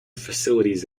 facilities